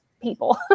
people